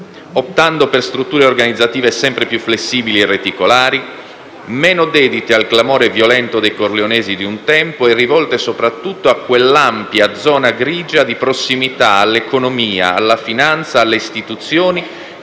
optando per strutture organizzative sempre più flessibili e reticolari, meno dedite al clamore violento dei corleonesi di un tempo e rivolte soprattutto a quell'ampia zona grigia di prossimità all'economia, alla finanza, alle istituzioni,